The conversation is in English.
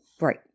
Right